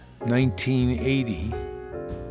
1980